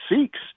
seeks